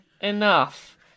enough